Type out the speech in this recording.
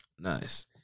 Nice